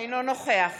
אינו נוכח